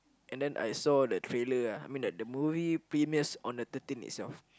and then I saw the trailer ah I mean the movie premiers on the thirteen itself